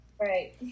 Right